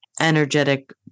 energetic